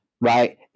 right